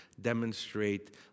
demonstrate